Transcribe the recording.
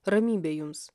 ramybė jums